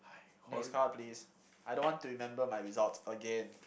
next card please I don't want to remember my results again